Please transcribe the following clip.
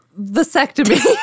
Vasectomy